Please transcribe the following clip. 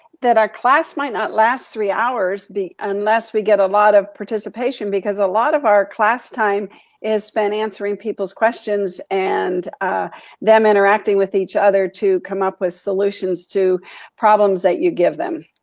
that our class might not last three hours, unless we get a lot of participation, because a lot of our class time is spent answering people's questions, and them interacting with each other to come up with solutions to problems that you give them.